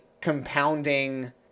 compounding